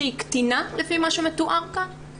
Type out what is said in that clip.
שהיא קטינה לפי מה שמתואר כאן,